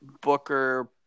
Booker